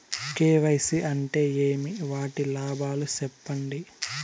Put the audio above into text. KYC అంటే ఏమి? వాటి లాభాలు సెప్పండి?